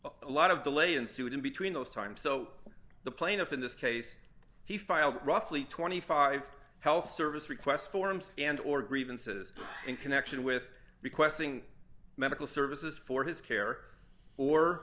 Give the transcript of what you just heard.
a lot of delay ensued in between those times so the plaintiff in this case he filed roughly twenty five health service request forms and or grievances in connection with requesting medical services for his care or